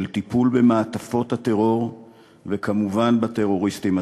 של טיפול במעטפות הטרור וכמובן בטרוריסטים עצמם.